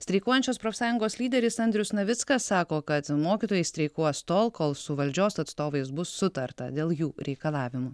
streikuojančios profsąjungos lyderis andrius navickas sako kad mokytojai streikuos tol kol su valdžios atstovais bus sutarta dėl jų reikalavimų